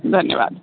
धन्यवाद